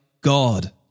God